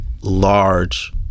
large